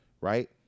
Right